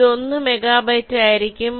ഇത് 1 മെഗാബൈറ്റ് മാത്രമായിരിക്കും